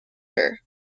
her